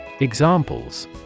Examples